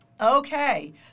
Okay